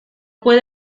puedo